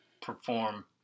perform